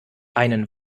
einen